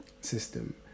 system